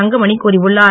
தங்கமணி கூறியுள்ளார்